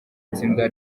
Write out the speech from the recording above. itsinda